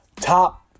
top